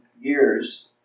years